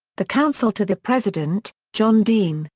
the counsel to the president, john dean,